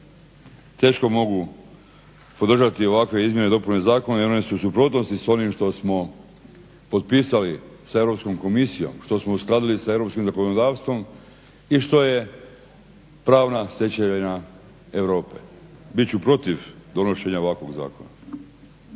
teško mogu podržati ovakve izmjene i dopune zakona jer one su u suprotnosti sa onim što smo potpisali sa Europskom komisijom, što smo uskladili sa europskim zakonodavstvom i što je pravna stečevina Europe bit ću protiv donošenja ovakvog zakona.